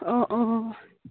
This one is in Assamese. অঁ অঁ